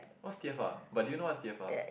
what's t_f_r but do you know what's t_f_r